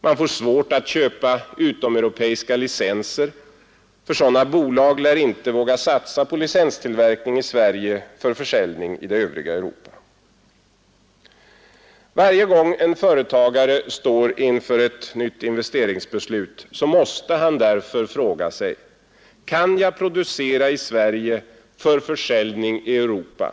Man får svårt att köpa utomeuropeiska licenser, Nr 137 för sådana bolag lär inte våga satsa på licenstillverkning i Sverige för Torsdagen den försäljning i det övriga Europa. 2 december 1971 Varje gång en företagare står inför ett nytt investeringsbesllut måste ——— han därför fråga sig: Kan jag producera i Sverige för försäljning i Europa Ang.